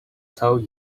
told